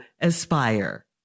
Aspire